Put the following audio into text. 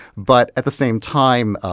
but at the same time,